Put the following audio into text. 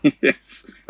yes